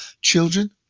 children